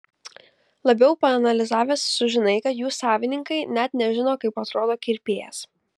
labiau paanalizavęs sužinai kad jų savininkai net nežino kaip atrodo kirpėjas